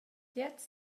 gliez